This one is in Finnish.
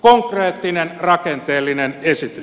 konkreettinen rakenteellinen esitys